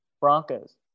Broncos